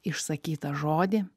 išsakytą žodį